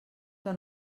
que